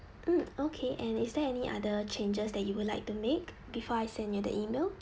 mm okay and is there any other changes that you would like to make before I send you the email